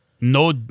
No